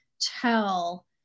tell